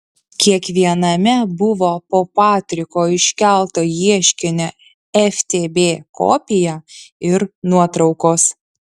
kiekviename buvo po patriko iškelto ieškinio ftb kopiją ir nuotraukos